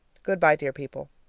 good-by, dear people.